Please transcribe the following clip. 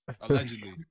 allegedly